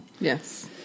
Yes